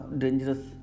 dangerous